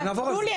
תנו לי,